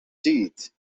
teeth